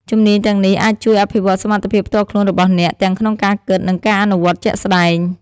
ជំនាញទាំងនេះអាចជួយអភិវឌ្ឍសមត្ថភាពផ្ទាល់ខ្លួនរបស់អ្នក ទាំងក្នុងការគិត និងការអនុវត្តជាក់ស្ដែង។